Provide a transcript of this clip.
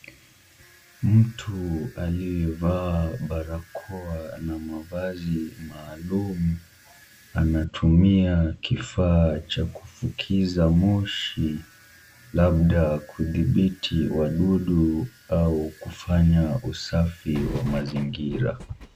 Mtu aliyevaa barakoa na mavazi maaulum anatumia kifaa cha kufukiza moshi labda kudhibiti wadudu au kufanya usafi wa mazingira.